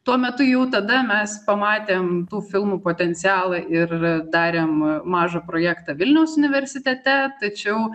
tuo metu jau tada mes pamatėm tų filmų potencialą ir darėm mažą projektą vilniaus universitete tačiau